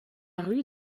rue